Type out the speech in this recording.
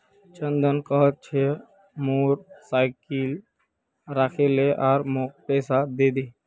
चंदन कह छ मोर साइकिल राखे ले आर मौक पैसा दे दे